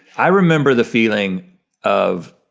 i remember the feeling of,